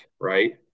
Right